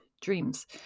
dreams